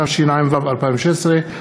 התשע"ו 2016,